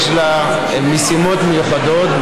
יש לה משימות מיוחדות,